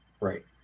Right